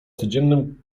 codziennym